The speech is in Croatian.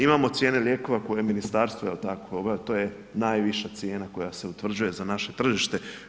Imam cijene lijekova koje ministarstvo, je li tako, to je najviša cijena koja se utvrđuje za naše tržište.